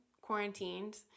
quarantined